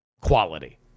quality